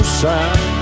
sound